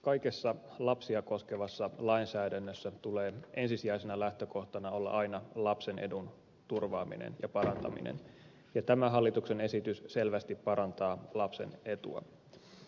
kaikessa lapsia koskevassa lainsäädännössä tulee ensisijaisena lähtökohtana olla aina lapsen edun turvaaminen ja parantaminen ja tämä hallituksen esitys selvästi parantaa lapsen etua